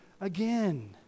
again